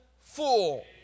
full